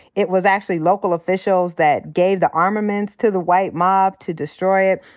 it was actually local officials that gave the armaments to the white mob to destroy it.